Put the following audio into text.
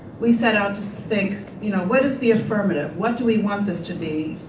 we set out to so think you know what is the affirmative? what do we want this to be?